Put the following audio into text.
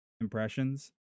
impressions